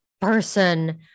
person